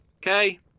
Okay